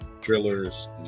drillers